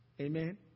Amen